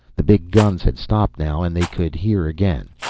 the big guns had stopped now and they could hear again.